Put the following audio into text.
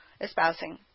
espousing